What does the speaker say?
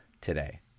today